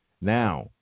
Now